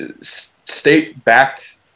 state-backed